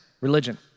religion